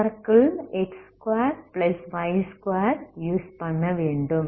circle x2y2 use பண்ணவேண்டும்